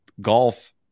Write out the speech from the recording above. golf